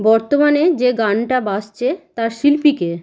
বর্তমানে যে গানটা বাজছে তার শিল্পী কে